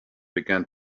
began